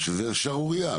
זו שערורייה,